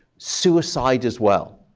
suicide as well.